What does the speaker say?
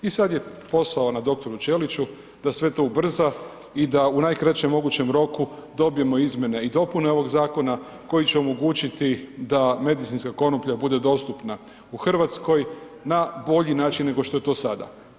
I sad je posao na dr. Ćeliću da sve to ubrza i da u najkraćem mogućem roku dobijemo izmjene i dopune ovog zakona koji će omogućiti da medicinska konoplja bude dostupna u Hrvatskoj na bolji način nego što je to sada.